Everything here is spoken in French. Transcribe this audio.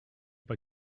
pas